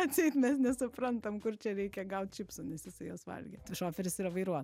atseit mes nesuprantam kur čia reikia gaut čipsų nes jisai juos valgė šoferis yra vairuot